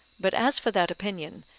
but as for that opinion,